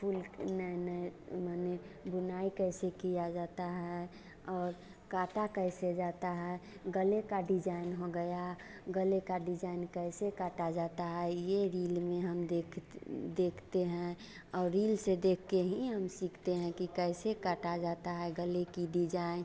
full नए नए माने बुनाई कैसे किया जाता है और काटा कैसे जाता है गले का डिजाइन हो गया गले का डिजाइन कैसे काटा जाता है यह रील में हम देखते देखते हैं और रील से देखकर ही हम सीखते हैं कि कैसे काटा जाता है गले की डिजाइन